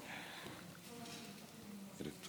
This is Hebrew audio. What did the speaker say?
היושב-ראש, כנסת